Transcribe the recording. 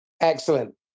Excellent